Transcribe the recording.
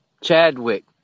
Chadwick